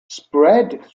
spread